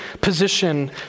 position